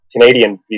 Canadian